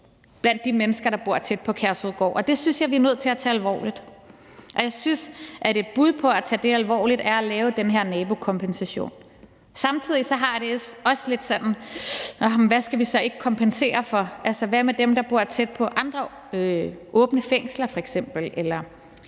blandt de mennesker, der bor tæt på Kærshovedgård, og det synes jeg vi er nødt til at tage alvorligt, og jeg synes, at et bud på at tage det alvorligt er at lave den her nabokompensation. Samtidig har jeg det også lidt sådan, at hvad skal vi så ikke kompensere for? Altså, hvad med dem, der f.eks. bor tæt på andre åbne fængsler eller andre